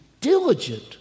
diligent